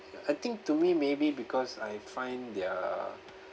I think to me maybe because I find their